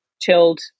chilled